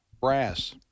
brass